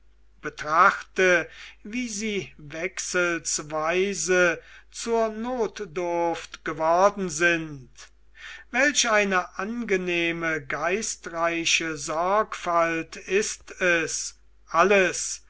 betrachte wie sie wechselsweise zur notdurft geworden sind welch eine angenehme geistreiche sorgfalt ist es alles